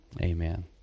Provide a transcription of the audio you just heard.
amen